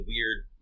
weird